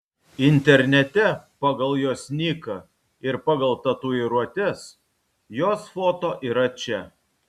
internete pagal jos niką ir pagal tatuiruotes jos foto yra čia